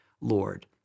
Lord